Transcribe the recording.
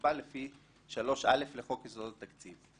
שנקבע לפי 3א לחוק יסודות התקציב.